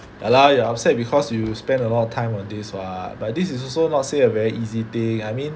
ya lah you are upset because you spend a lot of time on this [what] but this is also not say a very easy thing I mean